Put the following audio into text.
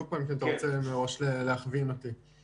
צריך לזכור שאצלנו מתייצבים עוד כ-100 אלף איש